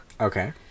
Okay